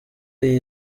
iyi